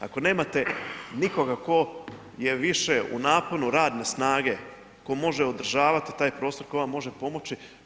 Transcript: Ako nemate nikoga tko je više u naponu radne snage, tko može održavati taj prostor tko vam može pomoći.